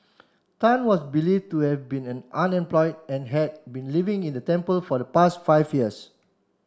tan was believe to have been an unemployed and had been living in the temple for the past five years